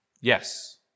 Yes